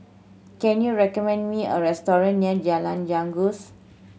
can you recommend me a restaurant near Jalan Janggus